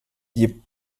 die